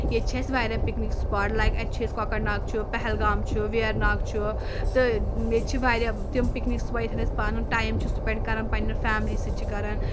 ییٚتہِ چھِ اَسہِ واریاہ پِکنِک سٔپاٹ لایک اَتہِ چھِ أسۍ کۄکرناگ چھُ پہلگام چھُ ویرناگ چھُ تہٕ ییٚتہِ چھِ واریاہ تِم پِکنِک سٔپاٹ یتھن أسۍ پانُن ٹایم چھُ سپینٛڈ کَران پَنٕنؠن فیملی سۭتۍ چھِ کران